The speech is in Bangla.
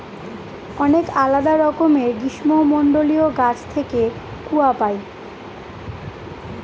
অনেক আলাদা রকমের গ্রীষ্মমন্ডলীয় গাছ থেকে কূয়া পাই